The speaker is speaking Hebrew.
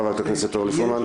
חברת הכנסת אורלי פרומן.